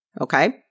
Okay